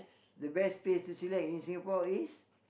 the best place to chillax in Singapore is